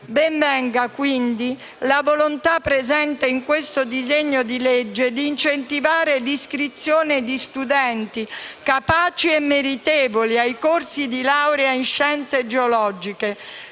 Ben venga, quindi, la volontà, presente in questo disegno di legge, di incentivare l'iscrizione di studenti, capaci e meritevoli, ai corsi di laurea in scienze geologiche,